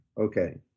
Okay